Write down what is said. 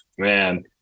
Man